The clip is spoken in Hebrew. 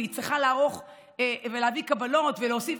והיא צריכה לערוך ולהביא קבלות ולהוסיף,